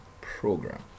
program